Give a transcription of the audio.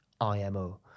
IMO